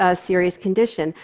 ah serious condition.